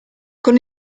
con